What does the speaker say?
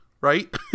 right